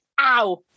ow